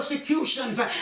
persecutions